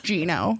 Gino